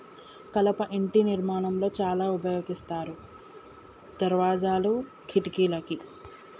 కలప ఇంటి నిర్మాణం లో చాల ఉపయోగిస్తారు దర్వాజాలు, కిటికలకి